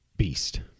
beast